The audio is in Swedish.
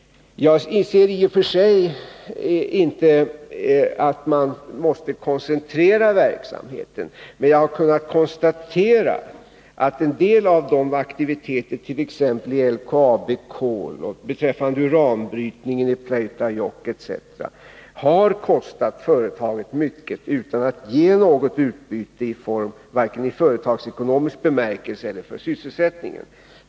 Jag säger inte att man måste koncentrera verksamheten. Men jag har kunnat konstatera att en del av aktiviteterna, t.ex. LKAB Kol och beträffande uranbrytningen i Pleutajokk, har kostat företaget mycket utan att ge något utbyte vare sig i företagsekonomisk bemärkelse eller för sysselsättningen.